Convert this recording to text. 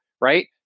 right